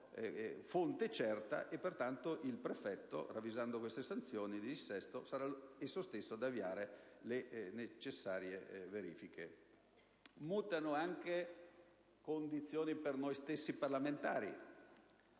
fonte certa. Pertanto, il prefetto, ravvisando queste situazioni di dissesto, sarà egli stesso ad avviare le necessarie verifiche. Mutano anche le condizioni per noi parlamentari,